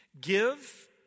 Give